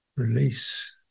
release